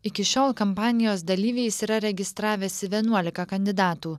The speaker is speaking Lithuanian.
iki šiol kampanijos dalyviais yra registravęsi vienuolika kandidatų